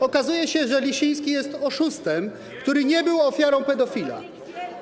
Okazuje się, że Lisiński jest oszustem, który nie był ofiarą pedofila.